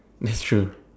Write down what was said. that's true